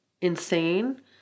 insane